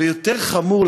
ויותר חמור,